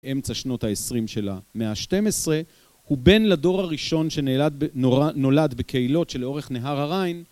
אמצע שנות ה-20 של המאה ה-12, הוא בן לדור הראשון שנולד בקהילות שלאורך נהר הריין.